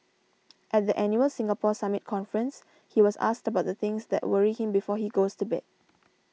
at the annual Singapore Summit conference he was asked about the things that worry him before he goes to bed